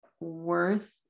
worth